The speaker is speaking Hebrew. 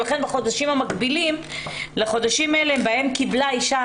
ולכן בחודשים המקבילים לחודשים אלה בהן קיבלה אישה